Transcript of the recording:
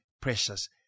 precious